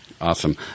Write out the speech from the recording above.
awesome